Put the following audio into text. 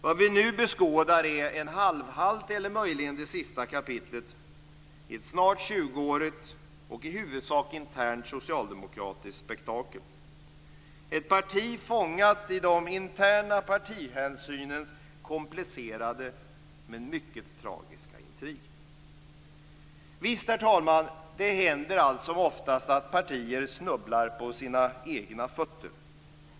Vad vi nu beskådar är en halvhalt, eller möjligen det sista kapitlet, i ett snart tjugoårigt och i huvudsak internt socialdemokratiskt spektakel. Socialdemokraterna är ett parti fångat i de interna partihänsynens komplicerade men mycket tragiska intrig. Herr talman! Visst händer det alltsom oftast att partier snubblar på sina egna fötter.